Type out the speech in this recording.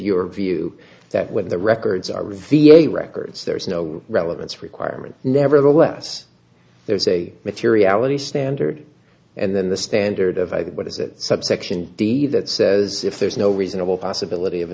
your view that when the records are revealed a record there is no relevance requirement nevertheless there is a materiality standard and then the standard of what is that subsection d that says if there's no reasonable possibility of